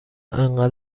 انقد